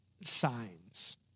signs